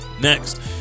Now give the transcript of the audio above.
Next